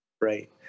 Right